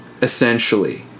Essentially